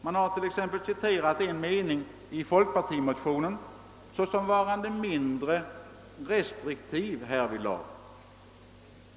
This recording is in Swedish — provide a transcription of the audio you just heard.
Man har sålunda bl.a. citerat en mening i folkpartimotionen såsom varande mindre restriktiv än propositionen härvidlag.